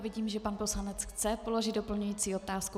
Vidím, že pan poslanec chce položit doplňující otázku.